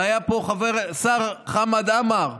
והיה פה השר חמד עמאר,